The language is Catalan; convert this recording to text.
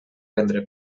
prendre